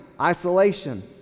isolation